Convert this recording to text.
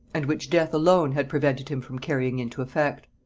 and which death alone had prevented him from carrying into effect.